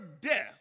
death